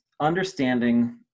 understanding